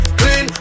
clean